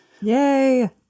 Yay